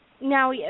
now